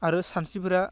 आरो सानस्रिफोरा